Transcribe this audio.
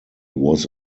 was